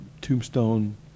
Tombstone